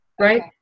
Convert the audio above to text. Right